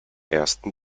ersten